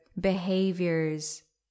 behaviors